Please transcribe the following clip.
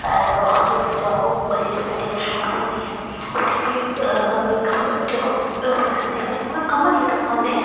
hospital जाओ जेह्ड़ी medical shop हुंदियां न उत्थे बी घट्ट लैंदे पैहे मतलब कम रेट पर बनदे ऐं